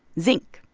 zinc